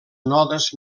nodes